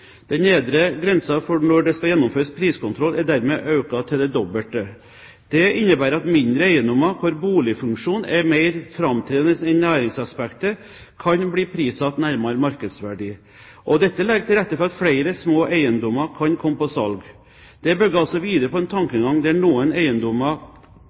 Den nedre grensen for når det skal gjennomføres priskontroll, er dermed økt til det dobbelte. Det innebærer at mindre eiendommer, hvor boligfunksjonen er mer framtredende enn næringsaspektet, kan bli prissatt nærmere markedsverdi. Dette legger til rette for at flere små eiendommer kan komme på salg. Det bygger altså videre på en